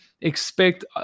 expect